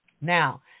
Now